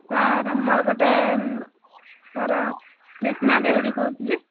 sir ମୋର ଗୋଟେ sir Krishna Dehury କହୁଥିଲି